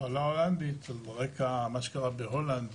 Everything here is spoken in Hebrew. המחלה ההולנדית זה על רקע מה שקרה בהולנד